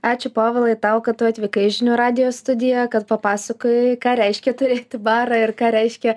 ačiū povilai tau kad tu atvykai į žinių radijo studiją kad papasakojai ką reiškia turėti barą ir ką reiškia